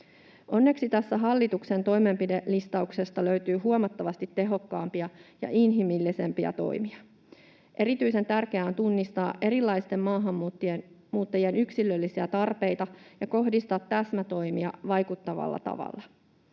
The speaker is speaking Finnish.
Onneksi tästä hallituksen toimenpidelistauksesta löytyy huomattavasti tehokkaampia ja inhimillisempiä toimia. Erityisen tärkeää on tunnistaa erilaisten maahanmuuttajien yksilöllisiä tarpeita ja kohdistaa täsmätoimia vaikuttavalla tavalla.